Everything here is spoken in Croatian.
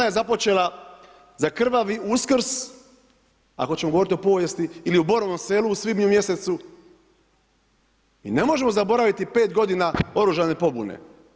Ona je započela za krvavi Uskrs ako ćemo govoriti o povijesti ili u Borovom selu u svibnju mjesecu i ne možemo zaboraviti 5 godina oružane pobune.